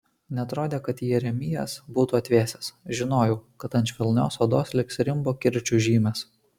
neatrodė kad jeremijas būtų atvėsęs žinojau kad ant švelnios odos liks rimbo kirčių žymės